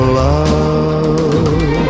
love